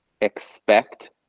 expect